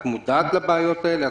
את מודעת לבעיות האלה?